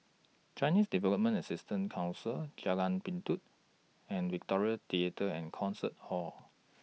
Chinese Development Assistance Council Jalan Pintau and Victoria Theatre and Concert Hall